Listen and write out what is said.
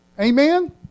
Amen